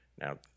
Now